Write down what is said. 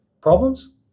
problems